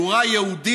הוא רע יהודית,